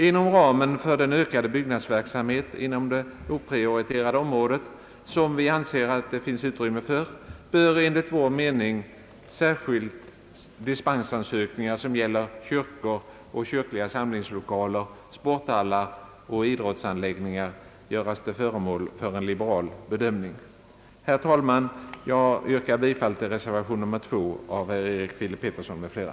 Inom ramen för den ökade byggnadsverksamhet på det oprioriterade området, som vi anser att det finns uirymme för, bör enligt vår mening särskilt dispensansökningar som gäller kyrkor och kyrkliga samlingslokaler, sporthallar och idrottsanläggningar göras till föremål för en liberal bedömning. Herr talman! Jag yrkar bifall till reservation nr 2 av herr Erik Filip Petersson m.fl.